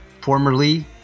formerly